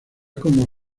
como